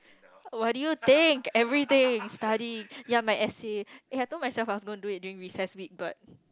oh what do you think everyday study ya my essay eh I told myself ah don't do it during recess week but